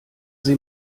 sie